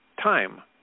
time